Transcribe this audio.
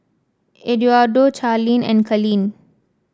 Eduardo Charleen and Kalene